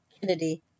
Kennedy